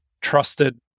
trusted